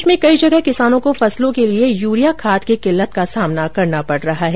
प्रदेश में कई जगह किसानों को फसलों के लिए यूरिया खाद की किल्लत का सामना करना पड़ रहा है